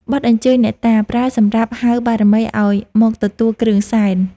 បទអញ្ជើញអ្នកតា ប្រើសម្រាប់ហៅបារមីឱ្យមកទទួលគ្រឿងសែន។